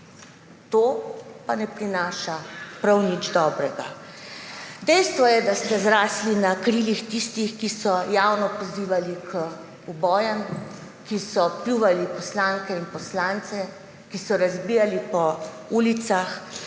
To pa ne prinaša prav nič dobrega. Dejstvo je, da ste zrasli na krilih tistih, ki so javno pozivali k ubojem, ki so pljuvali poslanke in poslance, ki so razbijali po ulicah